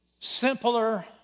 simpler